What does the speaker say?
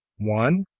one.